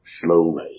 Slowly